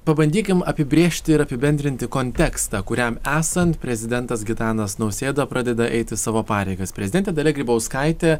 pabandykim apibrėžti ir apibendrinti kontekstą kuriam esant prezidentas gitanas nausėda pradeda eiti savo pareigas prezidentė dalia grybauskaitė